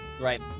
right